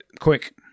quick